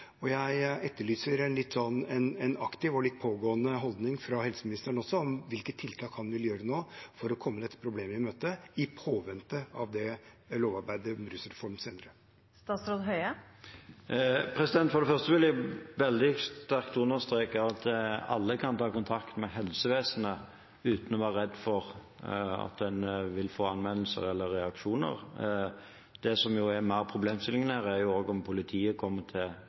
utfordring. Jeg etterlyser en aktiv og litt pågående holdning fra helseministeren om hvilke tiltak han vil gjøre nå for å komme dette problemet i møte, i påvente av lovarbeidet med rusreformen senere. For det første vil jeg veldig sterkt understreke at alle kan ta kontakt med helsevesenet uten å være redd for å bli anmeldt eller få reaksjoner. Det som mer er problemstillingen her, er om politiet kommer til